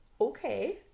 Okay